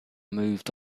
moved